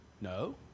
No